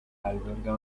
alberga